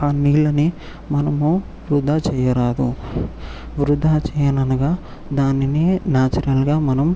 ఆ నీళ్ళని మనము వృధా చేయరాదు వృధా చేయను అనగా దానిని నాచురల్గా మనం